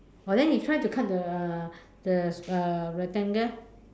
orh then you try to cut the uh the uh rectangle